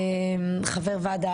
חבר ועדה,